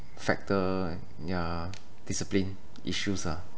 factor and yeah discipline issues ah